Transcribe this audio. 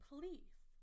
Please